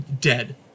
dead